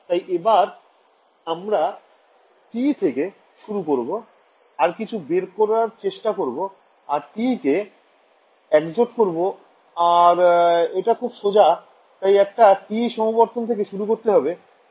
তাই এবার আমরা TE থেকে শুরু করবো আর কিছু বের করার চেষ্টা করবো আর TE কে একজোট করবো আর এটা খুব সোজা তাই একটা TE সমবর্তন থেকে শুরু করতে হবে